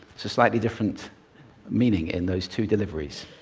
so slightly different meaning in those two deliveries.